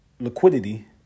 liquidity